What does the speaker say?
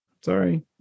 sorry